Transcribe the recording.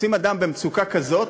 תופסים אדם במצוקה כזאת,